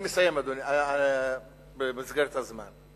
אני מסיים, אדוני, במסגרת הזמן.